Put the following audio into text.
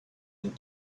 and